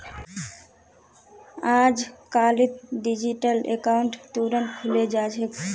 अजकालित digital account तुरंत खुले जा छेक